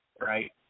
Right